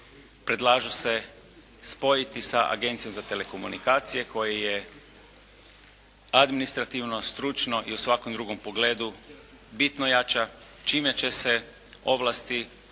predlažu se spojiti sa Agencijom za telekomunikacije koji je administrativno, stručno i u svakom drugom pogledu bitno jača, čime će se ovlasti